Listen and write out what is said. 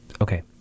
Okay